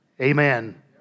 Amen